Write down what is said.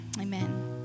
amen